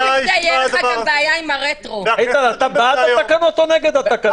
--- אתה בעד התקנות או נגד התקנות?